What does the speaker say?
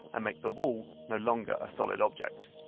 and make the wall no longer a solid object.